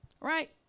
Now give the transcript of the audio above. Right